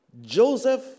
Joseph